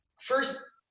first